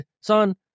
son